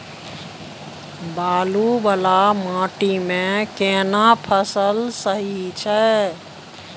बालू वाला माटी मे केना फसल सही छै?